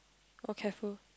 oh careful